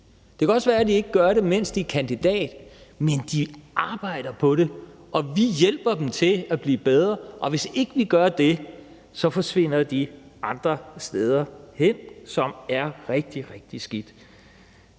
Det kan også være, at de ikke gør det, mens de er kandidatlande, men de arbejder på det, og vi hjælper dem til at blive bedre. Hvis ikke vi gør det, forsvinder de andre steder hen, som er rigtig, rigtig skidte.